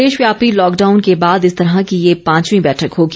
देशव्यापी लॉकडाउन के बाद इस तरह की ये पांचवीं बैठक होगी